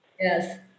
Yes